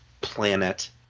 planet